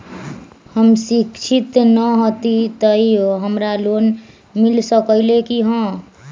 हम शिक्षित न हाति तयो हमरा लोन मिल सकलई ह?